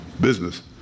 business